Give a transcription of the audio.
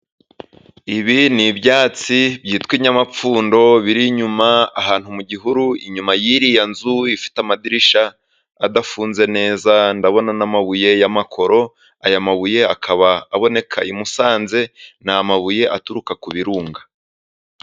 Ibi ni ibyatsi byitwa inyamapfundo, biri inyuma ahantu mu gihuru, inyuma y'iriya nzu ifite amadirisha adafunze neza, ndabona n'amabuye y'amakoro, aya mabuye akaba aboneka i Musanze, ni amabuye aturuka ku birunga.